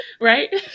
Right